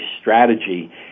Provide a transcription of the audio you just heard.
strategy